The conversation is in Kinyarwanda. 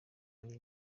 ari